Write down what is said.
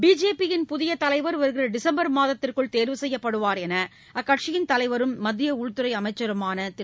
பிஜேபியின் புதிய தலைவர் வருகிற டிசம்பர் மாதத்திற்குள் தேர்வு செய்யப்படுவார் என அக்கட்சியின் தலைவரும் மத்திய உள்துறை அமைச்சருமான திரு